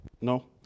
No